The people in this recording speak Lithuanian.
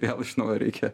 vėl iš naujo reikia